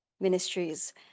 Ministries